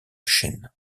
chaîne